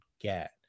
get